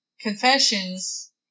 confessions